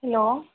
hello